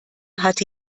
hatte